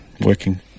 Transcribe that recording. working